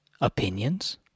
opinions